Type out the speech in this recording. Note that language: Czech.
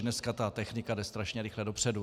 Dneska ta technika jde strašně rychle dopředu.